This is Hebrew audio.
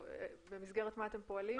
במסגרת מה אתם פועלים?